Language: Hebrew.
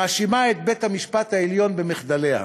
מאשימה את בית-המשפט העליון במחדליה.